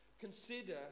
Consider